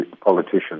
politicians